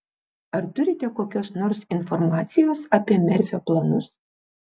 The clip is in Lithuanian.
ar turite kokios nors informacijos apie merfio planus